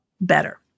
better